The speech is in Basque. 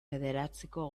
bederatziko